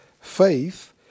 Faith